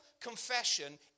confession